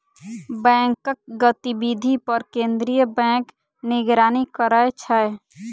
बैंकक गतिविधि पर केंद्रीय बैंक निगरानी करै छै